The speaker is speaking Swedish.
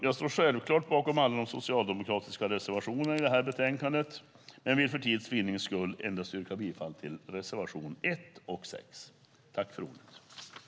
Jag står självklart bakom alla de socialdemokratiska reservationerna i detta betänkande men vill för tids vinnande yrka bifall endast till reservationerna 1 och 6. I detta anförande instämde Lars Mejern Larsson och Suzanne Svensson .